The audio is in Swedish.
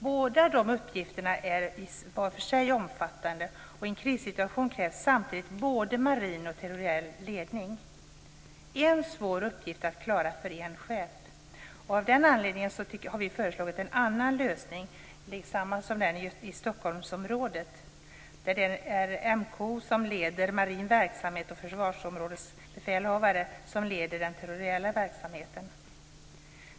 Båda dessa uppgifter är var för sig omfattande, och i en krissituation krävs samtidigt både marin och territoriell ledning - en svår uppgift att klara för en chef. Av den anledningen har vi föreslagit en annan lösning, densamma som i Stockholmsområdet, där det är MKO som leder marin verksamhet och försvarsområdesbefälhavare som leder den territoriella verksamheten.